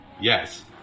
Yes